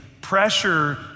pressure